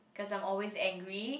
cause I'm always angry